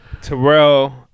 Terrell